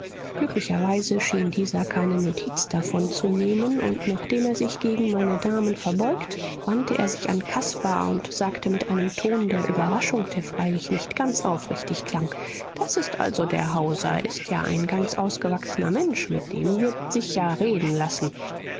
glücklicherweise schien dieser keine notiz davon zu nehmen und nachdem er sich gegen meine damen verbeugt wandte er sich an caspar und sagte mit einem ton der überraschung der freilich nicht ganz aufrichtig klang das ist also der hauser ist ja ein ganz ausgewachsener mensch mit dem wird sich ja reden lassen